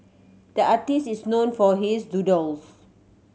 the artist is known for his doodles